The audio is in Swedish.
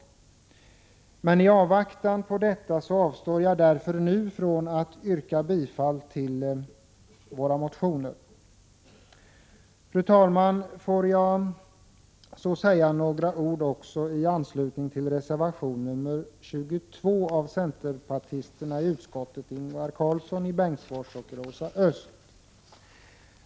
Jag avstår därför nu från att yrka bifall till motionerna. Fru talman! Får jag så säga några ord i anslutning till reservation 22 av centerpartisterna i utskottet Ingvar Karlsson i Bengtsfors och Rosa Östh.